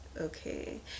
Okay